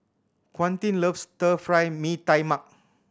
Quentin loves Stir Fry Mee Tai Mak